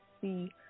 see